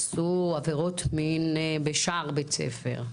עשו עבירות מין בשער בית ספר,